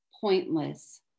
pointless